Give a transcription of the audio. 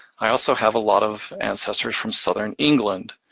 i also have a lot of ancestors from southern england.